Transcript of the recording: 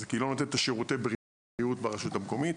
כי היא לא נותנת את שירותי הבריאות ברשות המקומית,